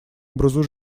образу